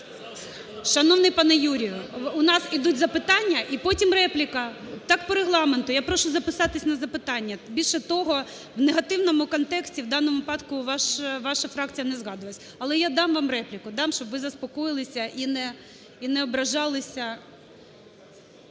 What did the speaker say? Шановний пане Юрію, у нас ідуть запитання і потім репліка, так по Регламенту. Я прошу записатися на запитання. Більше того, в негативному контексті в даному випадку ваша фракція не згадувалася, але я дам вам репліку, дам, щоб ви заспокоїлися і не ображалися.